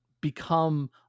become